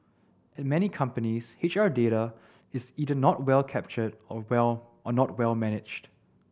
at many companies H R data is either not well captured or well or not well managed